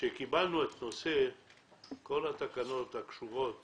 כשקיבלנו את כל התקנות הקשורות